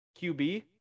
qb